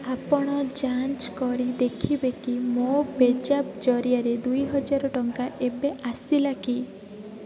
ଆପଣ ଯାଞ୍ଚ କରି ଦେଖିବେ କି ମୋ ପେ ଜାପ୍ ଜରିଆରେ ଦୁଇ ହଜାର ଟଙ୍କା ଏବେ ଆସିଲା କି